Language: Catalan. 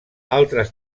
altres